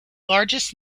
largest